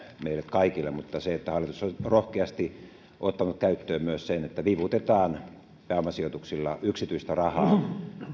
meille kaikille mutta se että hallitus on rohkeasti ottanut käyttöön myös sen että vivutetaan pääomasijoituksilla yksityistä rahaa